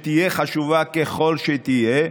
תהיה חשובה ככל שתהיה,